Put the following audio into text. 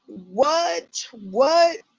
what! what!